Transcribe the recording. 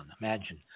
Imagine